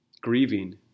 grieving